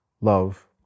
love